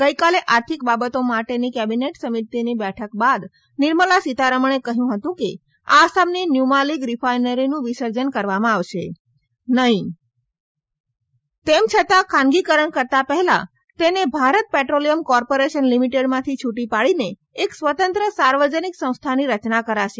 ગઈકાલે આર્થિક બાબતો માટેની કેબિનેટ સમિતિની બેઠક બાદ નિર્મલા સિતારમણે કહ્યું હતું કે આસામની ન્યુમાલીગ રિફાઈનરીનું વિસર્જન કરવામાં આવશે નહીં તેમ છતાં ખાનગીકરણ કરતાં પહેલાં તેને ભારત પેટ્રોલિયમ કોર્પોરેશન લિમિટેડમાંથી છુટી પાડીને એક સ્વતંત્ર સાર્વજનીક સંસ્થાની રચના કરાશે